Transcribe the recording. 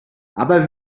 aber